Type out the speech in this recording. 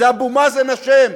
זה אבו מאזן אשם.